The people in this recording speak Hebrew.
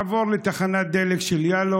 יש לעבור בתחנת דלק של Yellow,